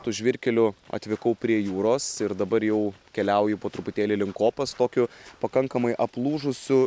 tų žvyrkelių atvykau prie jūros ir dabar jau keliauju po truputėlį link kopos tokiu pakankamai aplūžusiu